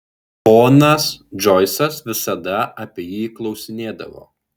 ponas džoisas visada apie jį klausinėdavo